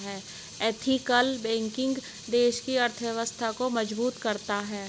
ethical banking देश की अर्थव्यवस्था को मजबूत करता है